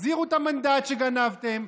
תחזירו את המנדט שגנבתם,